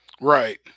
Right